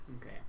Okay